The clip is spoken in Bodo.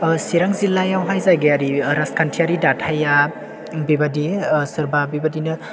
चिरां जिल्लायावहाय जायगायारि आरो राजखान्थियारि दाथाया बेबायदि सोरबा बेबायदिनो